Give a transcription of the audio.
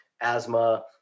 asthma